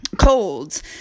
colds